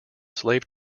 slave